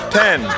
ten